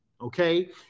okay